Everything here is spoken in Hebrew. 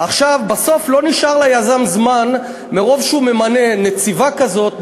בסוף לא נשאר ליזם זמן מרוב שהוא ממנה נציבה כזאת,